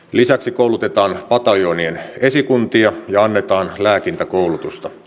lisäksi koulutetaan pataljoonien esikuntia ja annetaan lääkintäkoulutusta